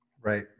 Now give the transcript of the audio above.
Right